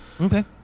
Okay